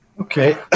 Okay